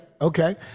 okay